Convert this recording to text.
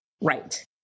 right